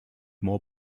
more